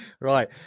Right